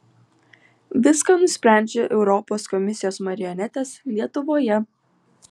viską nusprendžia europos komisijos marionetės lietuvoje